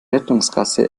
rettungsgasse